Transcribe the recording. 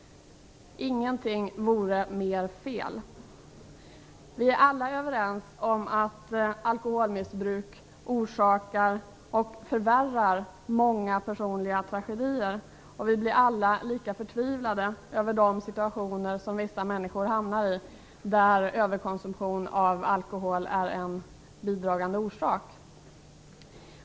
Ingenting vore mer fel. Vi är alla överens om att alkoholmissbruk orsakar och förvärrar många personliga tragedier, och vi blir alla lika förtvivlade över de situationer som vissa människor hamnar i där överkonsumtion av alkohol är en bidragande orsak.